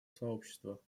сообщества